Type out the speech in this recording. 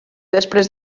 després